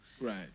Right